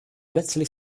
letztlich